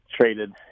traded